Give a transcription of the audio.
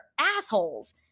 assholes